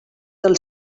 del